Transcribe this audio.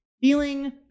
feeling